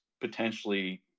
potentially